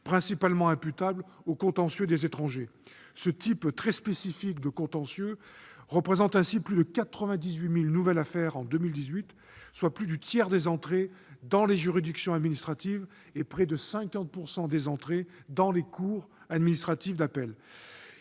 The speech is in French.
principalement imputable au contentieux des étrangers. Ce type très spécifique de contentieux représente plus de 98 000 nouvelles affaires en 2018, soit plus du tiers des flux dans les juridictions administratives et près de 50 % des flux dans les cours administratives d'appel.